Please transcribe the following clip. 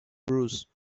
bruise